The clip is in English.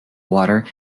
water